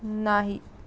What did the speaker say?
नाही